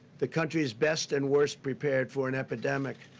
the countries best and worst prepared for an epidemic,